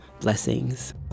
Blessings